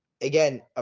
Again